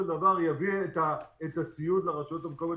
דבר יביא את הציוד לרשויות המקומיות.